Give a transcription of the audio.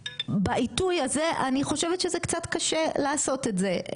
ובעיתוי הזה אני חושבת שזה קצת קשה לעשות את זה,